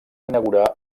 inaugurar